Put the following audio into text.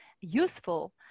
useful